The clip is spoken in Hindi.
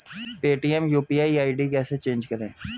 पेटीएम यू.पी.आई आई.डी कैसे चेंज करें?